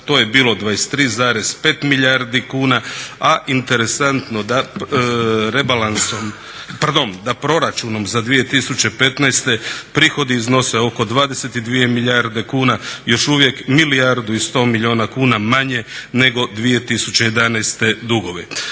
to je bilo 23,5 milijardi kuna a interesantno da rebalansom, pardon da proračunom za 2015. prihodi iznose oko 22 milijarde kuna, još uvijek 1 milijardu i 100 milijuna kuna manje nego 2011. godine.